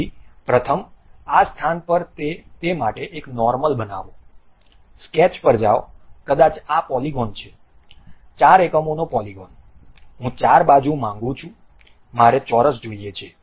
તેથી પ્રથમ આ સ્થાન પર તે માટે એક નોર્મલ બનાવો સ્કેચ પર જાઓ કદાચ આ પોલિગન છે 4 એકમોનો પોલિગન હું ચાર બાજુ માંગુ છું મારે ચોરસ જોઈએ છે